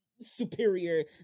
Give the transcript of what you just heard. superior